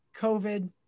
COVID